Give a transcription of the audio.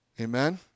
Amen